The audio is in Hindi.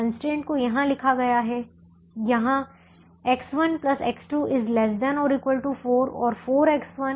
कंस्ट्रेंट को यहाँ लिखा गया है यहाँ X1X2 ≤ 4 और 4X1 ≥ 24